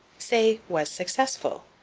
say, was successful.